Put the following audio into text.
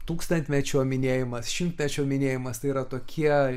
tūkstantmečio minėjimas šimtmečio minėjimas tai yra tokie